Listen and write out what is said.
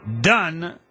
done